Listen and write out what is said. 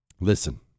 Listen